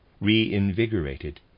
reinvigorated